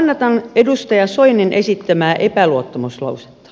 kannatan edustaja soinin esittämää epäluottamuslausetta